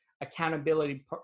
accountability